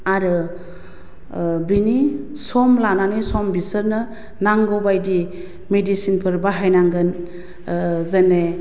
आरो बेनि सम लानानै सम बिसोरनो नांगौ बादि मिडिसिनफोर बाहायनांगोन जेने